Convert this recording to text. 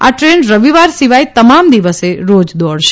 આ દ્રેન રવિવાર સિવાય તમામ દિવસ રોજ દોડશે